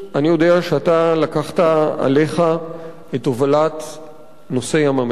אני יודע שאתה לקחת עליך את הובלת נושא ים-המלח.